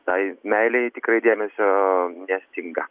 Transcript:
tai meilei tikrai dėmesio nestinga